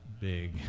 big